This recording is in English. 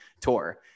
tour